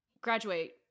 graduate